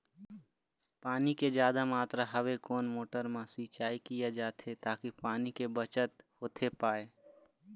पानी के जादा मात्रा हवे कोन मोटर मा सिचाई किया जाथे ताकि पानी के बचत होथे पाए?